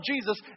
Jesus